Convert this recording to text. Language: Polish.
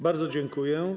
Bardzo dziękuję.